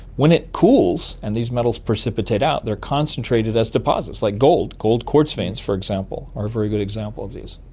when it cools and these metals precipitate out, they're concentrated as deposits, like gold, gold quartz veins for example are a very good example of this.